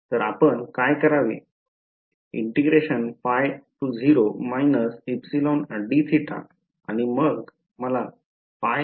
तर आपण काय करावे आणि मग मला πε हे योग्य उत्तर मिळाले